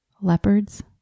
Leopards